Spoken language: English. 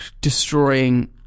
destroying